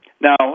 Now